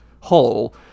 hole